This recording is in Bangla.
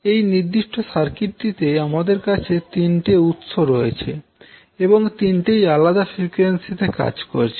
এই নির্দিষ্ট সার্কিটটিতে আমাদের কাছে তিনটি উৎস রয়েছে এবং তিনটিই আলাদা ফ্রিকোয়েন্সিতে কাজ করছে